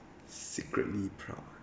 secretly proud ah